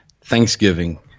Thanksgiving